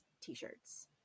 t-shirts